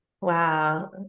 Wow